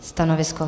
Stanovisko?